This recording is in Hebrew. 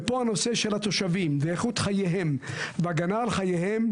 ופה הנושא של התושבים ואיכות חייהם והגנה על חייהם,